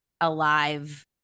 alive